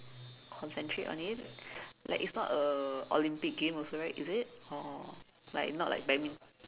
concentrate on it like it's a Olympic game also right is it or like not like badmin~